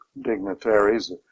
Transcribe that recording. dignitaries